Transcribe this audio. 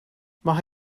mae